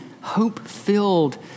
hope-filled